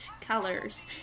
colors